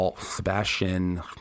Sebastian